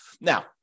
Now